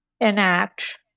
enact